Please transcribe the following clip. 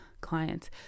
clients